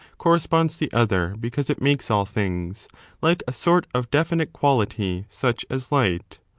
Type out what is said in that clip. corresponds the other because it makes all things like a sort of definite quality such as light.